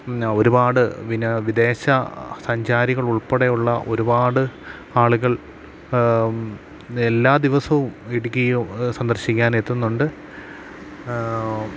ഒരുപാട് വിദേശ സഞ്ചാരികൾ ഉൾപ്പെടെയുള്ള ഒരുപാട് ആളുകൾ എല്ലാ ദിവസവും ഇടുക്കി സന്ദർശിക്കാൻ എത്തുന്നുണ്ട്